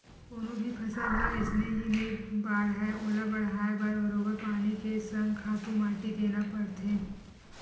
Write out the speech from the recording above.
कोनो भी फसल ह अइसने ही नइ बाड़हय ओला बड़हाय बर बरोबर पानी के संग खातू माटी देना परथे